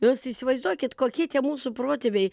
jūs įsivaizduokit kokie tie mūsų protėviai